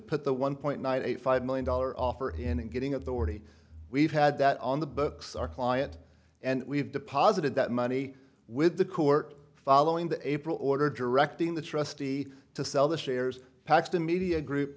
put the one point nine eight five million dollar offer in and getting at the already we've had that on the books our client and we've deposited that money with the court following the april order directing the trustee to sell the shares paxton media group